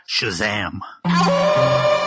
Shazam